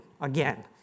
again